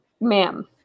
ma'am